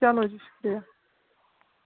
چلو جی شُکریہ